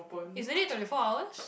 isn't it twenty four hours